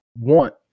want